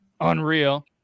Unreal